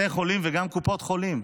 בתי חולים וגם קופות חולים,